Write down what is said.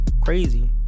Crazy